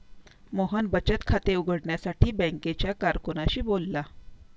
मोहन बचत खाते उघडण्यासाठी बँकेच्या कारकुनाशी बोलला